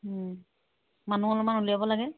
মানুহ অলপমান উলিয়াব লাগে